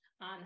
on